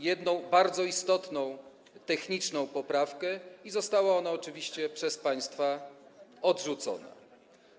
Jedną, bardzo istotną, techniczną poprawkę i została ona oczywiście przez państwa odrzucona.